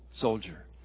soldier